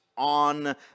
on